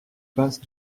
passe